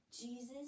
Jesus